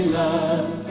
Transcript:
love